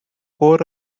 core